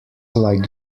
like